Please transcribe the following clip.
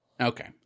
Okay